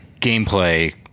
gameplay